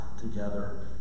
together